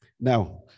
Now